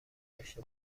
داشته